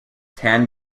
tan